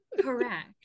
Correct